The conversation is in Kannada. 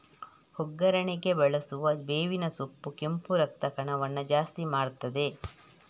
ಒಗ್ಗರಣೆಗೆ ಬಳಸುವ ಬೇವಿನ ಸೊಪ್ಪು ಕೆಂಪು ರಕ್ತ ಕಣವನ್ನ ಜಾಸ್ತಿ ಮಾಡ್ತದೆ